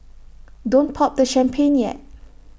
don't pop the champagne yet